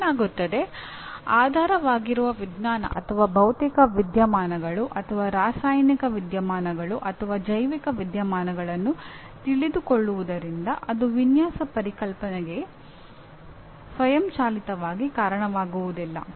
ಏನಾಗುತ್ತದೆ ಆಧಾರವಾಗಿರುವ ವಿಜ್ಞಾನ ಅಥವಾ ಭೌತಿಕ ವಿದ್ಯಮಾನಗಳು ಅಥವಾ ರಾಸಾಯನಿಕ ವಿದ್ಯಮಾನಗಳು ಅಥವಾ ಜೈವಿಕ ವಿದ್ಯಮಾನಗಳನ್ನು ತಿಳಿದುಕೊಳ್ಳುವುದರಿಂದ ಅದು ವಿನ್ಯಾಸ ಪರಿಕಲ್ಪನೆಗಳಿಗೆ ಸ್ವಯಂಚಾಲಿತವಾಗಿ ಕಾರಣವಾಗುವುದಿಲ್ಲ